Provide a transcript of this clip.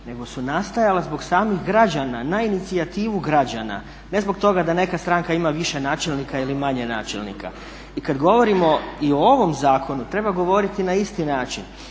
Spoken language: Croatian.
nego su nastajale zbog samih građana, na inicijativu građana. Ne zbog toga da neka stranka ima više načelnika ili manje načelnika. I kad govorimo i o ovom zakonu treba govoriti na isti način.